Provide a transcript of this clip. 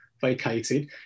vacated